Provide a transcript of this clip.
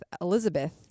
Elizabeth